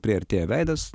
priartėjo veidas